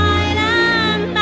island